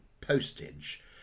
postage